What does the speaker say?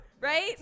right